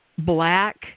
black